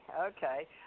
okay